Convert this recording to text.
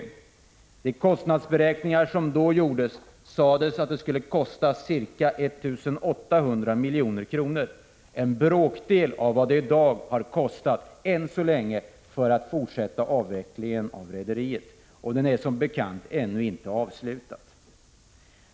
Vid kostnadsberäkningar som då gjordes sades det att avvecklingen skulle kosta ca 1 800 milj.kr., en bråkdel av vad det än så länge har kostat att fortsätta avvecklingen av rederiet. Den är som bekant ännu inte avslutad.